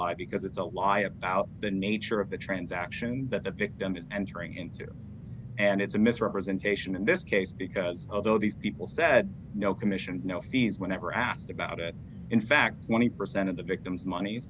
lie because it's a law about the nature of the transaction that the victim is entering into and it's a misrepresentation in this case because although the people said no commissions no fees were never asked about it in fact when he presented the victim's money